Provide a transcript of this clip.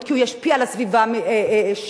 כי הוא ישפיע על הסביבה שלו,